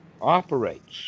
operates